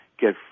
get